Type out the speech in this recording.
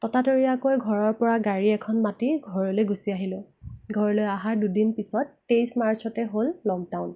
ততাতৈয়াকৈ ঘৰৰ পৰা গাড়ী এখন মাতি ঘৰলৈ গুছি আহিলোঁ ঘৰলৈ অহাৰ দুদিন পিছত তেইছ মাৰ্চতে হ'ল লকডাউন